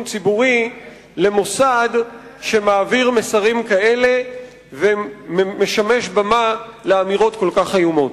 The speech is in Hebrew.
ציבורי למוסד שמעביר מסרים כאלה ומשמש במה לאמירות כל כך איומות.